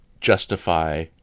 justify